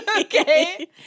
okay